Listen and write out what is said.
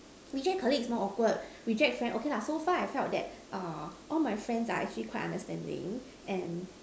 reject colleagues more awkward reject friend okay lah so far I felt that err all my friends are actually quite understanding and